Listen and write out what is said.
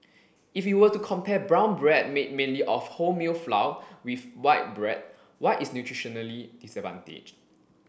if we were to compare brown bread made mainly of wholemeal flour with white bread white is nutritionally disadvantaged